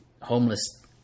homeless